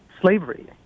slavery